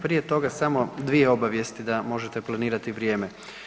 Prije toga samo dvije obavijesti da možete planirati vrijeme.